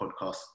podcast